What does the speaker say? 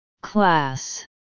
class